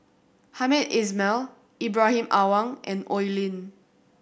Hamed Ismail Ibrahim Awang and Oi Lin